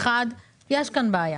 1. יש כאן בעיה.